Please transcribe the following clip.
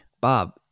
Bob